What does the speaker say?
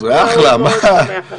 למחוזות ולמרחבים והם עושים בקרה כמיטב